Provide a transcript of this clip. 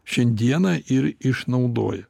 šiandieną ir išnaudoja